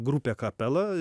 grupė akapela